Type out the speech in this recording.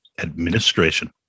administration